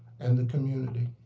and the community.